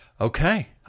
Okay